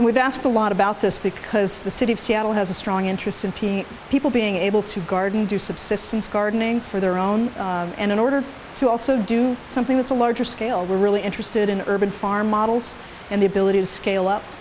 we've asked a lot about this because the city of seattle has a strong interest in people being able to garden do subsistence gardening for their own and in order to also do something with a larger scale we're really interested in urban farm models and the ability to scale up